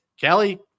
Kelly